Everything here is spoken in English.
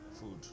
food